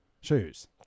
shoes